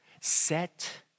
set